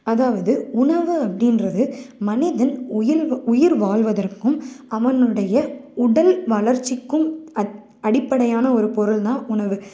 அதாவது உணவு அப்படின்றது மனிதன் உயில் உயிர் வாழ்வதற்கும் அவனுடைய உடல் வளர்ச்சிக்கும் அத் அடிப்படையான ஒரு பொருள்தான் உணவு